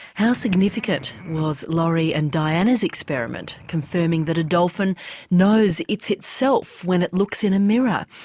how significant was lori and diana's experiment confirming that a dolphin knows it's itself when it looks in a mirror?